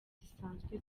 zisanzwe